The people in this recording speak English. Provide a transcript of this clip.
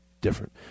different